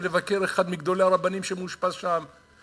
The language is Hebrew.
לבקר את אחד מגדולי הרבנים שמאושפז שם,